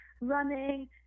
running